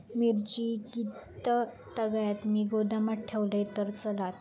मिरची कीततागत मी गोदामात ठेवलंय तर चालात?